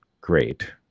great